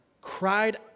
cried